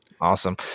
Awesome